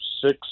six